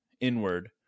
inward